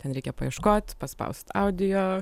ten reikia paieškot paspaust audio